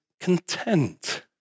content